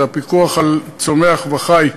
זה הפיקוח על צומח וחי,